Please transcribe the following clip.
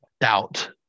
doubt